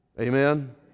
Amen